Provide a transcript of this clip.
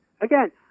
Again